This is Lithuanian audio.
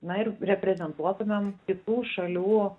na ir reprezentuotumėm kitų šalių